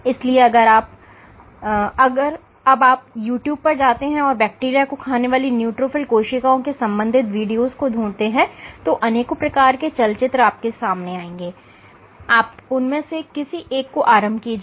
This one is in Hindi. इसलिए अगर अब आप यूट्यूब पर जाते हैं और बैक्टीरिया को खाने वाली न्यूट्रोफिल कोशिकाओं के संबंधित वीडियोस ढूंढते हैं तो अनेकों प्रकार के चलचित्र आपके सामने आएंगे ठीक है आप उनमें से किसी एक को आरंभ कीजिए